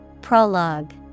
Prologue